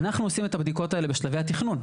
אנחנו עושים את הבדיקות האלה בשלבי התכנון.